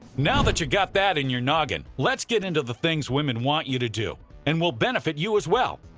now that you got that in your noggin, let's get into the things women want you to do, and will benefit you as well.